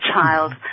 child